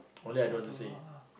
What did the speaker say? of course will have a lot lah